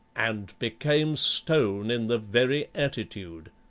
and became stone in the very attitude.